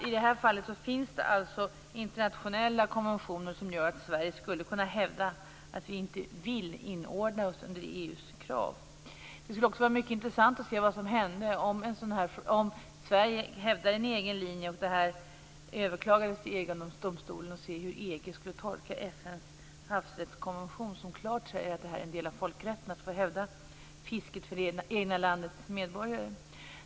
I det här fallet finns det alltså internationella konventioner som innebär att Sverige skulle kunna hävda att vi inte vill inordna oss under EU:s krav. Det skulle också vara mycket intressant att se vad som händer om Sverige hävdar en egen linje och det överklagas i EG-domstolen, att se hur EU tolkar FN:s havsrättskonvention, som klart säger att det är en del av folkrätten att hävda fisket för det egna landets medborgare.